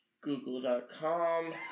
google.com